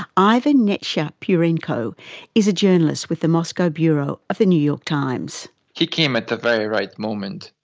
ivan nechepurenko is a journalist with the moscow bureau of the new york times. he came at the very right moment,